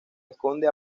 esconde